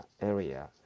area